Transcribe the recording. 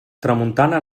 tramuntana